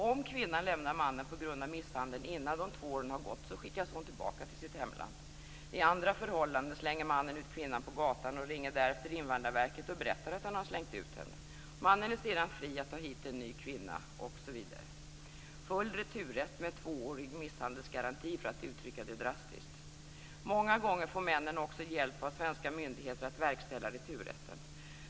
Om kvinnan lämnar mannen på grund av misshandeln innan de två åren har gått, skickas hon tillbaka till sitt hemland. I andra förhållanden slänger mannen ut kvinnan på gatan och ringer därefter Invandrarverket och berättar att han har slängt ut henne. Mannen är sedan fri att ta hit en ny kvinna osv. - full returrätt med tvåårig misshandelsgaranti, för att uttrycka det drastiskt. Många gånger får männen också hjälp av svenska myndigheter att verkställa returrätten.